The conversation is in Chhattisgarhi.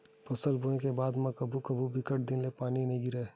फसल बोये के बाद म कभू कभू बिकट दिन ले पानी नइ गिरय